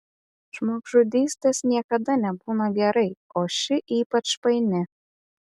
žmogžudystės niekada nebūna gerai o ši ypač paini